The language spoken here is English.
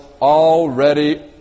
already